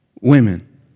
Women